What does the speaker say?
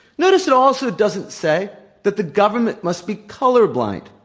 notice it also doesn't say that the government must be colorblind.